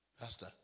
Pastor